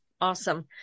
Awesome